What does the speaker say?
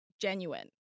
genuine